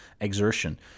exertion